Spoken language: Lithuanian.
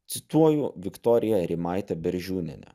cituoju viktoriją rimaitę beržiūnienę